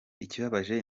ikibabaje